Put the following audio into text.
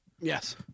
Yes